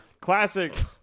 Classic